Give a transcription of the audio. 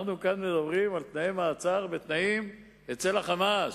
אנחנו מדברים כאן על תנאי מעצר אצל ה"חמאס",